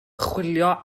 chwilio